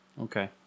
okay